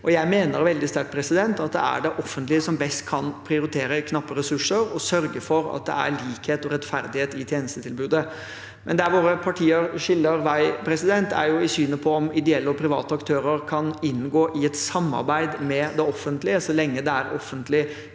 sterkt at det er det offentlige som best kan prioritere knappe ressurser og sørge for at det er likhet og rettferdighet i tjenestetilbudet. Der våre partier skiller vei, er i synet på om ideelle og private aktører kan inngå i et samarbeid med det offentlige så lenge det er offentlig